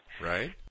Right